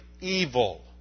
evil